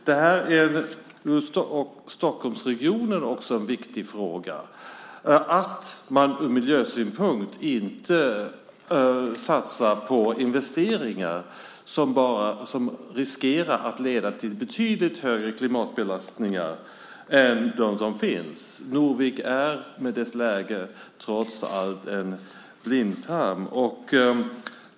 Det är för Stockholmsregionen en viktig fråga att man ur miljösynpunkt inte satsar på investeringar som riskerar att leda till betydligt högre klimatbelastningar än de som redan finns. Norvik är med dess läge trots allt en blindtarm.